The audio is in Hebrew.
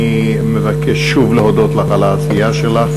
אני מבקש שוב להודות לך על העשייה שלך,